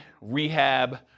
rehab